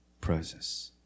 presence